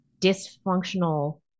dysfunctional